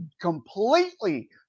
completely